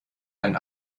ein